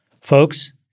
folks